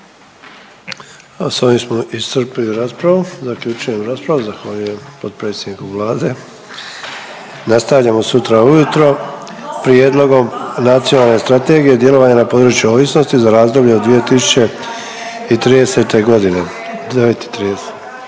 S ovim smo iscrpili raspravu. Zaključujem raspravu. Zahvaljujem potpredsjedniku Vlade. Nastavljamo sutra ujutro Prijedlogom Nacionalne strategije djelovanja na području ovisnosti za razdoblje do 2030. godine